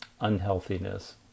unhealthiness